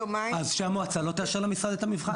יומיים --- אז שהמועצה לא תאשר למשרד את המבחן.